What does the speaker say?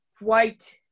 white